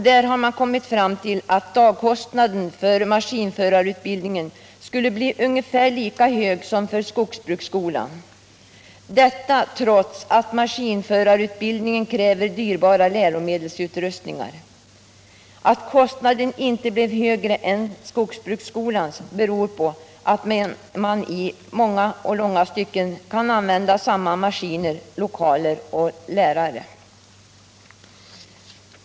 Där har man kommit fram till att dagskostnaden för maskinförarutbildningen skulle bli ungefär lika hög som för skogsbruksskolan — detta trots att maskinförarutbildningen kräver dyrbara läromedelsutrustningar. Att kostnaden inte blev högre än skogsbruksskolans beror på att man i många och långa stycken kan använda samma maskiner, lokaler och lärare.